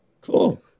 Cool